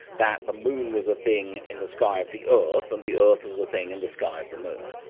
that the moon was a thing in the sky of the earth, and the earth was a thing in the sky of the moon.